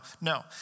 No